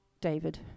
David